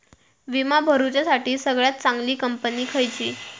विमा भरुच्यासाठी सगळयात चागंली कंपनी खयची?